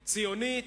ציונית,